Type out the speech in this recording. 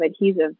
adhesive